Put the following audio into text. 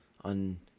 on